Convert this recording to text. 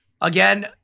again